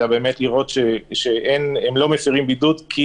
אלא זה נועד לראות שהם לא מפירים בידוד כי